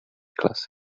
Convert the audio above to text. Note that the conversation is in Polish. klasy